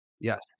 Yes